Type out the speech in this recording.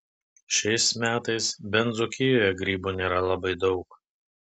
šiais metais bent dzūkijoje grybų nėra labai daug